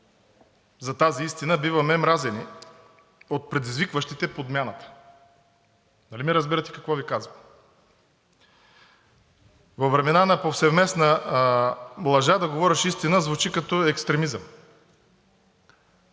за тази истина, биваме мразени от предизвикващите подмяната. Нали ме разбирате какво Ви казвам? Във времена на повсеместна лъжа да говориш истина, звучи като екстремизъм.